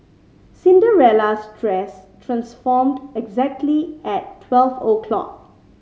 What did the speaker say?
Cinderella's dress transformed exactly at twelve o'clock